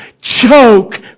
choke